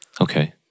Okay